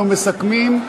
אנחנו מסכמים: